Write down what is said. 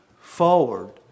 forward